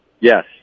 Yes